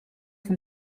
von